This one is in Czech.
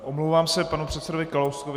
Omlouvám se panu předsedovi Kalouskovi.